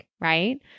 right